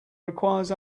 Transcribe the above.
requires